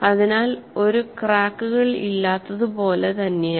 അതിനാൽ ഒരു ക്രാക്കുകൾ ഇല്ലാത്തതുപോലെ തന്നെയാണ്